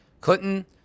Clinton